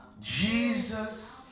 Jesus